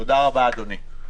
תודה רבה, אדוני.